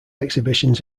exhibitions